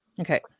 Okay